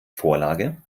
vorlage